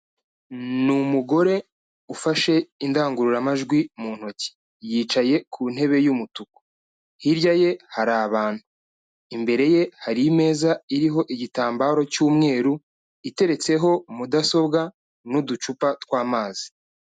Ni umugore ufashe indangururamajwi mu ntoki, yicaye ku ntebe y'umutuku, hirya ye hari abantu, imbere ye hari imeza iriho igitambaro cy'umweru, iteretseho mudasobwa n'uducupa tw'amazi.